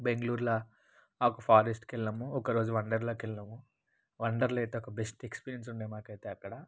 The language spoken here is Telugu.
బెంగుళూర్లా ఒక ఫారెస్ట్కెళ్ళాము ఒక రోజు వండర్ లాక్కెళ్ళాము వండర్లో అయితే ఒక బెస్ట్ ఎక్స్పీరియన్స్ ఉండే మాకయితే అక్కడ